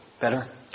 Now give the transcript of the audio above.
better